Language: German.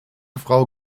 frau